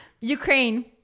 Ukraine